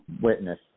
Witness